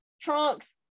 trunks